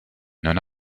non